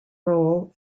role